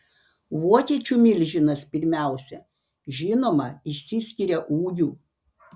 vokiečių milžinas pirmiausia žinoma išsiskiria ūgiu